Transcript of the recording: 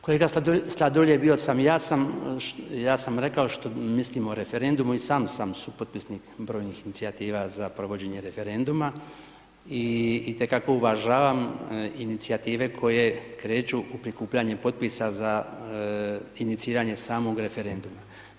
Kolega Sladoljev, bio sam jasan, ja sam rekao što mislim o referendumu, i sam sam supotpisnik brojnih inicijativa za provođenje referenduma, i itekako uvažavam inicijative koje kreću u prikupljanje potpisa za iniciranje samog referenduma.